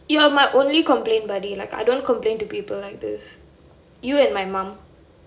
you're my complain buddy like I don't complain to people like this you and my mom